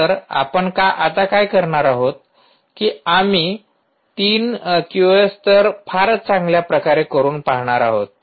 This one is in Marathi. तर आपण काय करणार आहोत की आम्ही तीन क्यूओएस स्तर फारच चांगल्या प्रकारे करुन पाहणार आहोत